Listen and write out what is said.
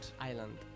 Island